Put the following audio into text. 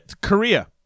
Korea